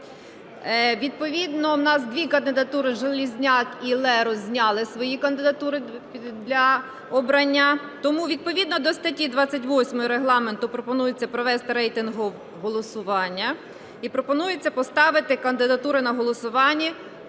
Відповідно у нас дві кандидатури Железняк і Лерус зняли свої кандидатури для обрання. Тому, відповідно до статті 28 Регламенту, пропонується провести рейтингове голосування і пропонується поставити кандидатури на голосування